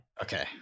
Okay